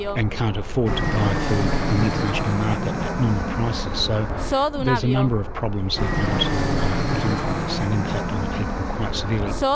and can't afford to buy food on the international market at normal prices. so there's a number of problems that are going to come from this and impact on the people and quite severely.